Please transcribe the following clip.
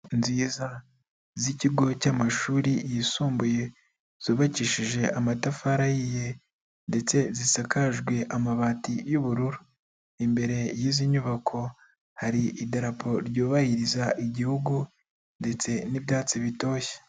nziza z'ikigo cy'amashuri yisumbuye, zubakishije amatafari ahiye. Ndetse zisakajwe amabati y'ubururu, imbere y'izi nyubako hari idarapo ry'ubahiriza igihugu, ndetse n'ibyatsi bitoshye.